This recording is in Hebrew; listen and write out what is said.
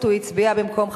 (שקיפות,